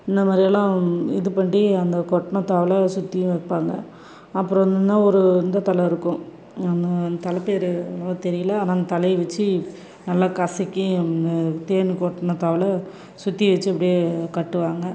இந்த மாதிரியெல்லாம் இது பண்டி அந்த கொட்டின தாவில் சுத்தியும் வைப்பாங்க அப்புறம் வந்திங்கன்னா ஒரு இந்த தழை இருக்கும் அந்த தழை பெயரு அவ்ளோவா தெரியல ஆனால் அந்த தழைய வச்சி நல்லா கசக்கி தேனீ கொட்டின தாவில் சுற்றி வச்சி அப்படியே கட்டுவாங்க